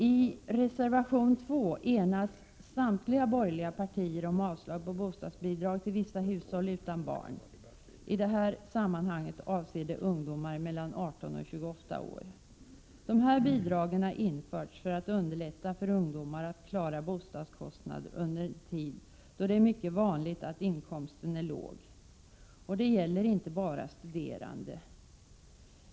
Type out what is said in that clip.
I reservation 2 enas samtliga borgerliga partier om avslag på bostadsbidrag till vissa hushåll utan barn — i det här sammanhanget avses ungdomar mellan 18 och 28 år. Dessa bidrag har införts för att underlätta för ungdomar att klara bostadskostnader under en tid då det är mycket vanligt att inkomsten är låg — och detta gäller inte bara studerande.